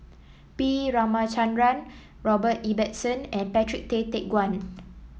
B Ramachandran Robert Ibbetson and Patrick Tay Teck Guan